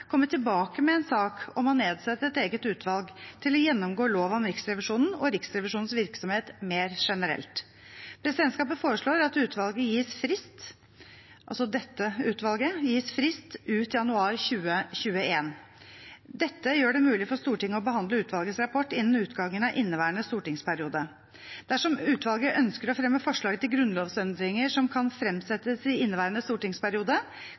komme tilbake med en sak om å nedsette et eget utvalg til å gjennomgå lov om Riksrevisjonen og Riksrevisjonens virksomhet mer generelt. Presidentskapet foreslår at dette utvalget gis frist ut januar 2021. Det gjør det mulig for Stortinget å behandle utvalgets rapport innen utgangen av inneværende stortingsperiode. Dersom utvalget ønsker å fremme forslag til grunnlovsendringer som kan fremsettes i inneværende stortingsperiode,